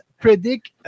predict